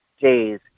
days